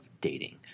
dating